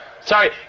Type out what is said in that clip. Sorry